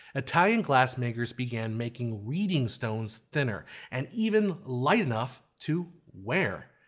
italian glassmakers began making reading stones thinner and even light enough to wear.